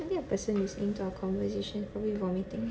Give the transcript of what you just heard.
do you think the person listening to our conversation probably vomiting